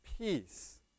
peace